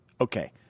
okay